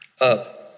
up